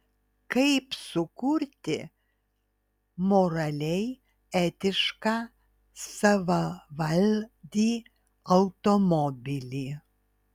kaip sukurti moraliai etišką savavaldį automobilį